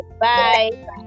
Bye